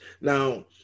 now